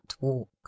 walk